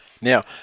now